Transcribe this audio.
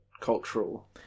cultural